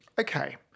Okay